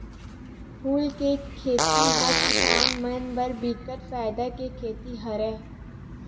फूल के खेती ह किसान मन बर बिकट फायदा के खेती हरय